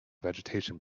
vegetation